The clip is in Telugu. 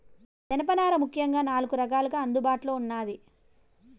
జనపనార ముఖ్యంగా నాలుగు రకాలుగా అందుబాటులో ఉన్నాది